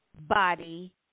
body